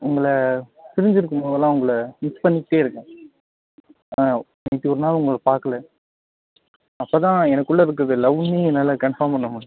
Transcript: உங்களை பிரிஞ்சுருக்கும் போதுலாம் உங்களை மிஸ் பண்ணிகிட்டே இருக்கேன் ஆ அன்னைக்கு ஒரு நாள் உங்களை பார்க்கல அப்போ தான் எனக்குள்ளே இருக்கறது லவ்வுன்னே என்னால் கன்ஃபார்ம் பண்ண முடிஞ்சுது